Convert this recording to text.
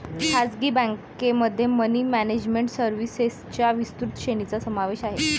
खासगी बँकेमध्ये money management सर्व्हिसेसच्या विस्तृत श्रेणीचा समावेश आहे